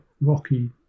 rocky